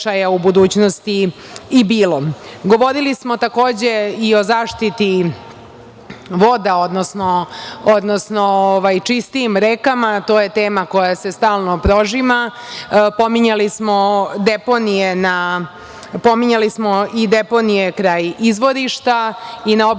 u budućnosti i bilo. Govorili smo, takođe, i o zaštiti voda, odnosno čistijim rekama. To je tema koja se stalno prožima. Pominjali smo i deponije kraj izvorišta i na obalama